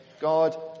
God